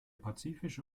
pazifische